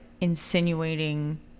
insinuating